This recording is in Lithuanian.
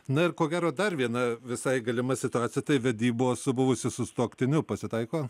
na ir ko gero dar viena visai galima situacija tai vedybos su buvusiu sutuoktiniu pasitaiko